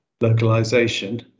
localization